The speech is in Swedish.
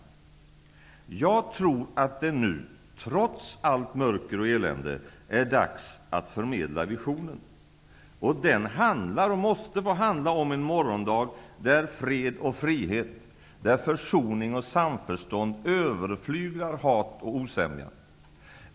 Jag tror att det nu -- trots allt mörker och elände -- är dags att förmedla visionen. Och den måste få handla om en morgondag där fred och frihet, där försoning och samförstånd överflyglar hat och osämja.